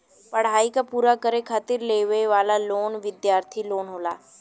पढ़ाई क पूरा करे खातिर लेवे वाला लोन विद्यार्थी लोन होला